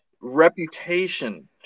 reputation